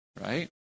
right